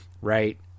right